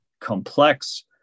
complex